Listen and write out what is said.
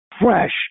fresh